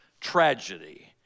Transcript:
tragedy